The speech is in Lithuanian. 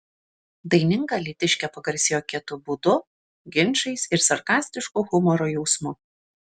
daininga alytiškė pagarsėjo kietu būdu ginčais ir sarkastišku humoro jausmu